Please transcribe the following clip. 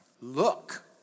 Look